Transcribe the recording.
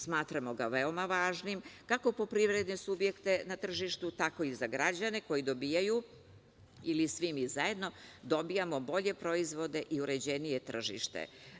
Smatramo ga veoma važnim kako po privredne subjekte na tržištu, tako i za građane koji dobijaju ili svi mi zajedno, dobijamo bolje proizvode i uređenije tržište.